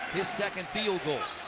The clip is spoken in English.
his second field goal.